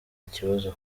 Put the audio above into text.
ikibazo